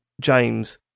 James